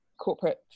corporate